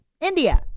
India